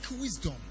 wisdom